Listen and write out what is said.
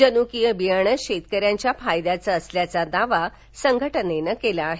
जनुकीय बियाणं शेतकऱ्यांच्या फायद्याचं असल्याचा दावा संघटनेनं केला आहे